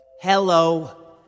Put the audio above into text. Hello